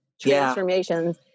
transformations